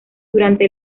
durante